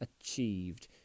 achieved